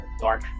dark